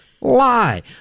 lie